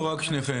או רק שניכם?